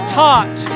taught